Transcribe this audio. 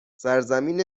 سرزمین